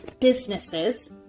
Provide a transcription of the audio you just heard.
businesses